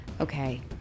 Okay